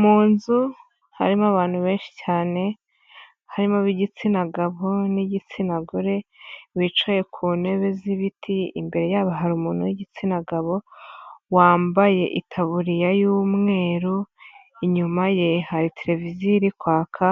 Mu nzu harimo abantu benshi cyane, harimob' igitsina gabo n'igitsina gore, bicaye ku ntebe z'ibiti, imbere yabo hari umuntu w'igitsina gabo wambaye itaburiya y'umweru , inyuma ye hari televiziyo iri kwaka